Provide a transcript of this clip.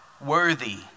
worthy